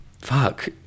fuck